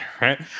right